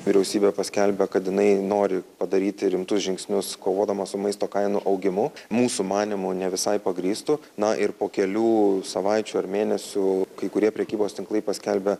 vyriausybė paskelbė kad jinai nori padaryti rimtus žingsnius kovodama su maisto kainų augimu mūsų manymu ne visai pagrįstu na ir po kelių savaičių ar mėnesių kai kurie prekybos tinklai paskelbia